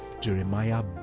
Jeremiah